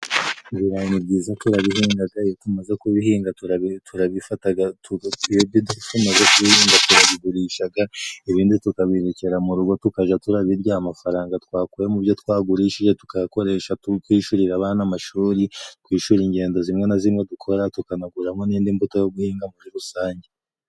Ibirayi nibyiza turabihingaga iyo tumaze kubihinga tura turabifataga tugasiga ibyo turya ibindi tukabigurisha ibindi tukabirekera mu rugo tukajya turabirya amafaranga twakuye mu byo twagurishije tukayakoresha twishyurira abana amashuri twishura ingendo zimwe na zimwe dukora tukanaguramo n'indi mbuto yo guhinga muri rusange